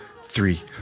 three